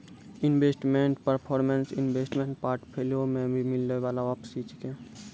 investment performance investment portfolio पे मिलै बाला वापसी छै